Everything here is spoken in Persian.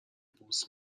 بوس